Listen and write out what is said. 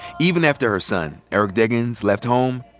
even after her son, eric deggans, left home,